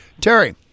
terry